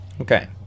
Okay